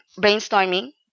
brainstorming